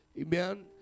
Amen